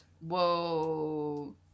Whoa